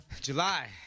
July